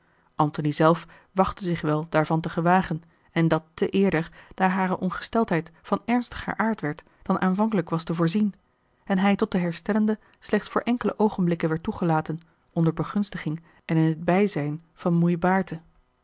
antony zelf wachtte zich wel daarvan te gewagen en dat te eerder daar hare ongesteldheid van ernstiger aard werd dan aanvankelijk was te voorzien en hij tot de herstellende slechts voor enkele oogenblikken a l g bosboom-toussaint de delftsche wonderdokter eel werd toegelaten onder begunstiging en in t bijzijn van moei baerte